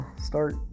start